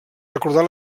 recordat